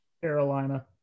Carolina